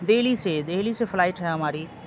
دہلی سے دہلی سے فلائٹ ہے ہماری